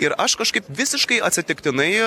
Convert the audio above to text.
ir aš kažkaip visiškai atsitiktinai